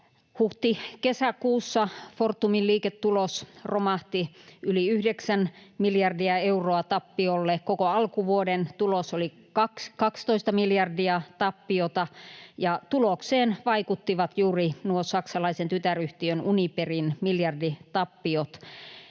Huhti—kesäkuussa Fortumin liiketulos romahti yli yhdeksän miljardia euroa tappiolle. Koko alkuvuoden tulos oli 12 miljardia tappiota, ja tulokseen vaikuttivat juuri nuo saksalaisen tytäryhtiön Uniperin miljarditappiot.